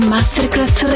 Masterclass